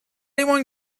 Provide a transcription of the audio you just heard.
anyone